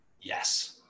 yes